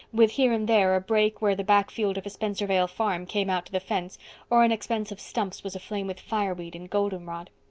with here and there a break where the back field of a spencervale farm came out to the fence or an expanse of stumps was aflame with fireweed and goldenrod.